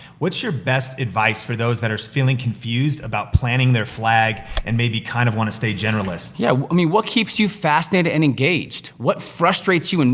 what's your best advice for those that are feeling confused about planting their flag, and maybe kind of wanna stay generalists? yeah i mean what keeps you fascinated and engaged? what frustrates you, and